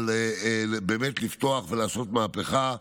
אבל באמת לפתוח ולעשות מהפכה.